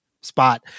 spot